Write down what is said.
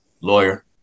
Lawyer